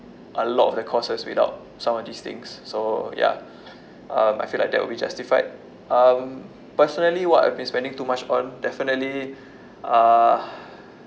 a lot of the courses without some of these things so ya um I feel like that would be justified um personally what I've been spending too much on definitely uh